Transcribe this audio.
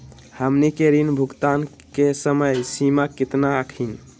हमनी के ऋण भुगतान के समय सीमा केतना हखिन?